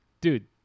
Dude